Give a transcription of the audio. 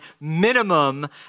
minimum